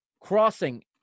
crossing